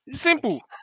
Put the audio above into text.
Simple